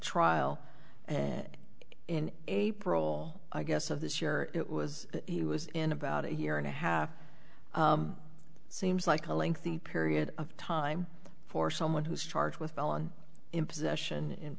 trial and in a parole i guess of this year it was he was in about a year and a half seems like a lengthy period of time for someone who is charged with